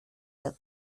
wird